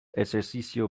ejercicio